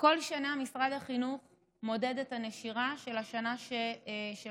בכל שנה משרד החינוך מודד את הנשירה של השנה שעברה,